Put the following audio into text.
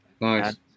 Nice